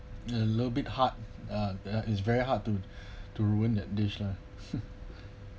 a little bit hard uh uh it's very hard to to ruin that dish lah